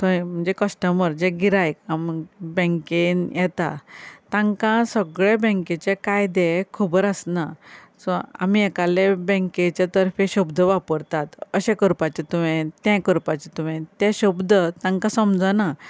थंय म्हणजे कश्टमर जें गिरायक बेंकेन येता तांकां सगळे बेंकेचे कायदे खबर आसना सो आमी एकाले बेंकेचे तर्फ शब्द वापरतात अशें करपाचे तुवेंन तें करपाचें तुवेंन ते शब्द तांकां समजना